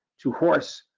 to horse,